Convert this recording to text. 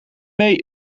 mee